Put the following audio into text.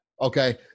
Okay